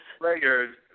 Players